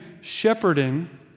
shepherding